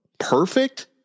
Perfect